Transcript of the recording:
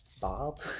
Bob